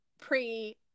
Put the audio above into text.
pre-